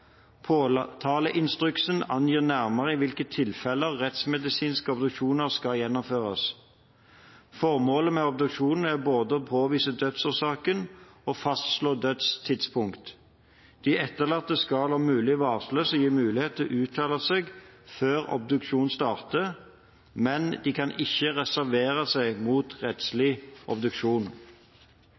Påtaleinstruksen angir nærmere i hvilke tilfeller rettsmedisinske obduksjoner skal gjennomføres. Formålet med obduksjonene er både å påvise dødsårsaken og fastslå dødstidspunktet. De etterlatte skal om mulig varsles og gis mulighet til å uttale seg før obduksjonen starter, men de kan ikke reservere seg mot rettslig obduksjon.